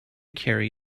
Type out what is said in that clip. carry